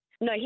No